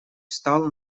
стал